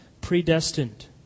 Predestined